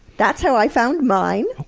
that's how i found mine.